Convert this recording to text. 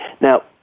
Now